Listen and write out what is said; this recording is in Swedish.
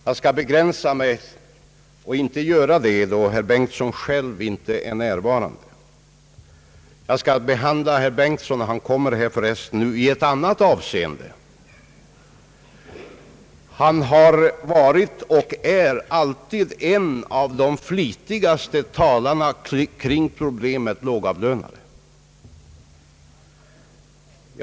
Jag skall begränsa mig till att i stället behandla vad herr Bengtson brukar anföra — förresten kommer han just nu in — i ett annat avseende. Han har varit och är alltid en av de flitigaste talarna kring problemet lågavlönade.